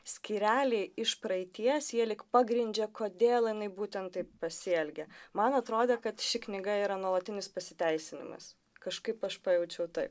skyreliai iš praeities jie lyg pagrindžia kodėl jinai būtent taip pasielgė man atrodė kad ši knyga yra nuolatinis pasiteisinimas kažkaip aš pajaučiau tai